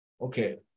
Okay